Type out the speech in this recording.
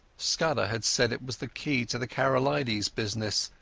scudder had said it was the key to the karolides business,